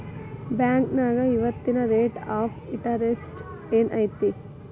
ಬಾಂಕ್ನ್ಯಾಗ ಇವತ್ತಿನ rate of interest ಏನ್ ಐತಿ